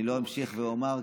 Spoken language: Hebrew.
אני לא אמשיך ואומר,